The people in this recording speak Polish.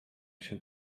się